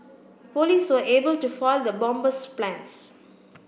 police were able to foil the bomber's plans